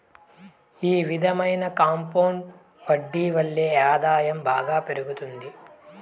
ఈ విధమైన కాంపౌండ్ వడ్డీ వల్లే ఆదాయం బాగా పెరుగుతాది